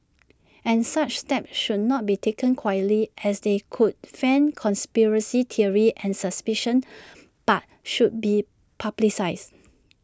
and such steps should not be taken quietly as they could fan conspiracy theories and suspicion but should be publicised